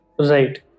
Right